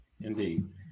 Indeed